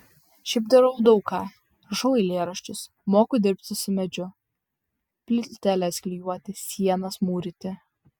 šiaip darau daug ką rašau eilėraščius moku dirbti su medžiu plyteles klijuoti sienas mūryti